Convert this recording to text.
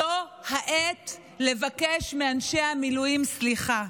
זו העת לבקש מאנשי המילואים סליחה,